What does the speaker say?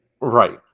Right